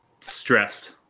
Stressed